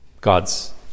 God's